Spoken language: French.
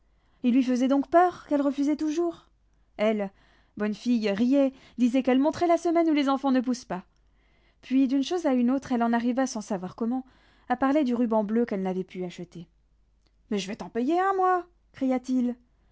il lui faisait donc peur qu'elle refusait toujours elle bonne fille riait disait qu'elle monterait la semaine où les enfants ne poussent pas puis d'une chose à une autre elle en arriva sans savoir comment à parler du ruban bleu qu'elle n'avait pu acheter mais je vais t'en payer un moi cria-t-il